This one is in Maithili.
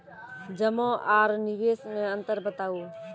जमा आर निवेश मे अन्तर बताऊ?